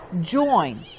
join